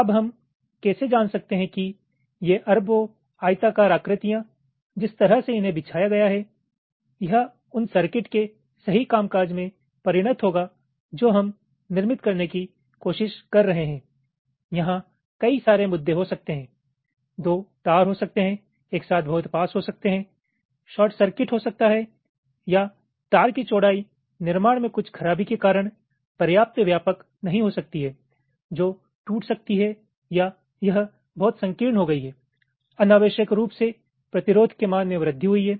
अब हम कैसे जान सकते हैं कि ये अरबों आयताकार आकृतियाँ जिस तरह से इन्हें बिछाया गया है यह उन सर्किट के सही कामकाज में परिणत होगा जो हम निर्मित करने की कोशिश कर रहे हैं यहाँ कई सारे मुद्दे हो सकते हैं दो तार हो सकते हैं एक साथ बहुत पास हो सकते है शॉर्ट सर्किट हो सकता है या तार की चौड़ाई निर्माण में कुछ खराबी के कारण पर्याप्त व्यापक नहीं हो सकती है जो टूट सकती है या यह बहुत संकीर्ण हो गई है अनावश्यक रूप से प्रतिरोध के मान में वृद्धि हुई है